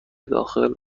داخل